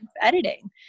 editing